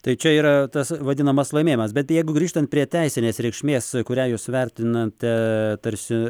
tai čia yra tas vadinamas laimėjimas bet jeigu grįžtant prie teisinės reikšmės kurią jūs vertinate tarsi